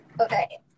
okay